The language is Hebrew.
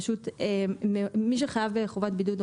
פשוט מי שחייב בחובת בידוד,